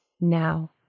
now